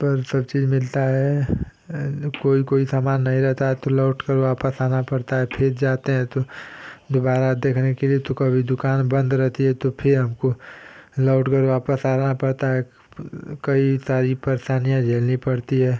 पर सब चीज़ मिलती है कोई कोई सामान नहीं रहता है तो लौटकर वापस आना पड़ता है फिर जाते हैं तो दोबारा देखने के लिए तो कभी दुकान बन्द रहती है तो फिर हमको लौटकर वापस आना पड़ता है कई सारी परेशानियाँ झेलनी पड़ती हैं